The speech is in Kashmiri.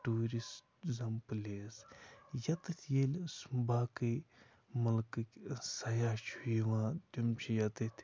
ٹوٗرِسزم پٕلیس ییٚتٮ۪تھ ییٚلہِ سُہ باقٕے مٕلکٕکۍ سَیاہ چھُ یِوان تِم چھِ ییٚتٮ۪تھ